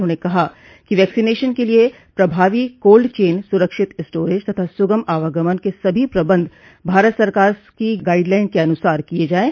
उन्होंने कहा कि वैक्सीनेशन के लिए प्रभावी कोल्ड चेन सुरक्षित स्टोरेज तथा सुगम आवागमन के सभी प्रबंध भारत सरकार की गाइडलाइन्स के अनुसार किये जायें